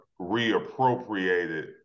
reappropriated